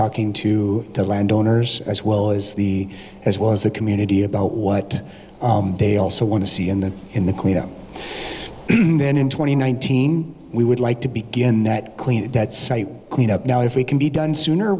talking to the landowners as well as the as well as the community about what they also want to see in the in the cleanup then in two thousand and nineteen we would like to begin that clean that site clean up now if we can be done sooner